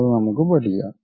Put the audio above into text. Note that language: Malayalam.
അത് നമുക്ക് പഠിക്കാം